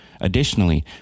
additionally